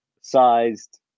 sized